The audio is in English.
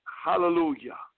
Hallelujah